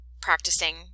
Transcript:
practicing